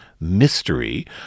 mystery